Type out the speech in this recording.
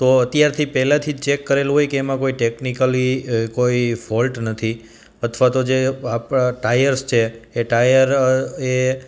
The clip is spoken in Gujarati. તો અત્યારથી પહેલાથી જ ચેક કરેલું હોય કે એમાં કોઈ ટેક્નિકલી કોઈ ફોલ્ટ નથી અથવા તો જે આપણાં ટાયર્સ છે એ ટાયર એ